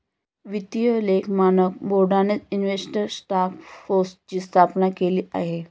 वित्तीय लेख मानक बोर्डानेच इन्व्हेस्टर टास्क फोर्सची स्थापना केलेली आहे